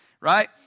right